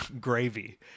gravy